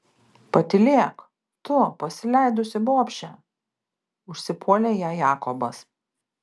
patylėk tu pasileidusi bobše užsipuolė ją jakobas